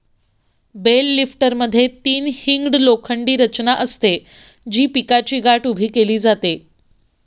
bell लिफ्टरमध्ये तीन hinged लोखंडी रचना असते, जी पिकाची गाठ उभी केली जाते